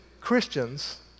Christians